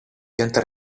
pianta